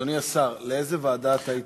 אדוני השר, לאיזו ועדה אתה מציע להעביר?